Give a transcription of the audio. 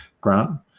Grant